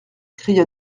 cria